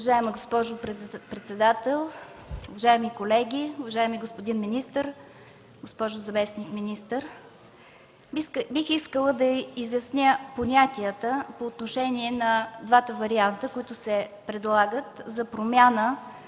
Уважаема госпожо председател, уважаеми колеги, уважаеми господин министър, госпожо заместник-министър! Бих искала да изясня понятията по отношение на двата варианта, които се предлагат, за промяна